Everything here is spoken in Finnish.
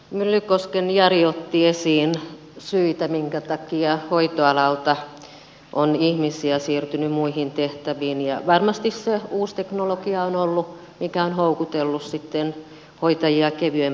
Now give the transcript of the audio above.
myllykosken jari otti esiin syitä minkä takia hoitoalalta on ihmisiä siirtynyt muihin tehtäviin ja varmasti uusi teknologia on ollut se mikä on houkutellut sitten hoitajia kevyempään työhön